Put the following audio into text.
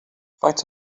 faint